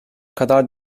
kadar